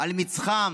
על מצחם